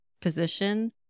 position